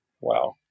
Wow